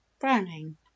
Browning